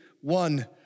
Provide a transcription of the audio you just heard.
one